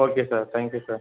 okay sir thank you sir